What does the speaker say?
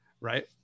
right